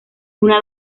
una